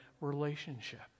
relationship